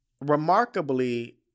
Remarkably